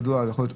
וזה יכול להיות,